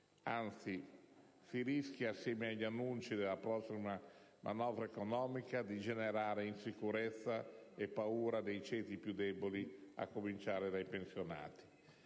anzi si rischia, con gli annunci della prossima manovra economica, di generare insicurezza e paura nei ceti più deboli, a cominciare dai pensionati.